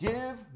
Give